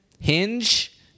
hinge